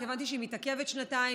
רק הבנתי שהיא מתעכבת שנתיים,